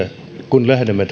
kun